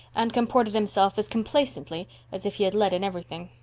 and comported himself as complacently as if he had led in everything.